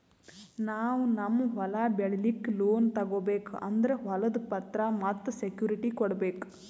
ನಾವ್ ನಮ್ ಹೊಲ ಬೆಳಿಲಿಕ್ಕ್ ಲೋನ್ ತಗೋಬೇಕ್ ಅಂದ್ರ ಹೊಲದ್ ಪತ್ರ ಮತ್ತ್ ಸೆಕ್ಯೂರಿಟಿ ಕೊಡ್ಬೇಕ್